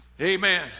amen